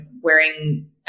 wearing